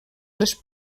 les